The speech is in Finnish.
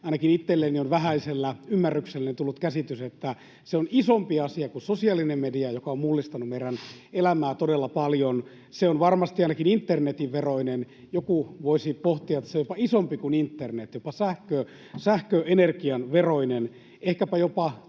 ainakin itselleni on vähäisellä ymmärrykselläni tullut käsitys, että se on isompi asia kuin sosiaalinen media, joka on mullistanut meidän elämää todella paljon. Se on varmasti ainakin internetin veroinen. Joku voisi pohtia, että se on jopa isompi kuin internet, jopa sähköenergian veroinen, ehkäpä jopa